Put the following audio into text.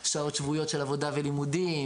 שעות שבועיות של עבודה ולימודים,